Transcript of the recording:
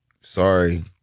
Sorry